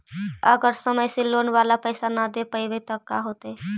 अगर समय से लोन बाला पैसा न दे पईबै तब का होतै?